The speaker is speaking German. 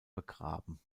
begraben